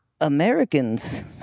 Americans